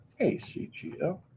ACGL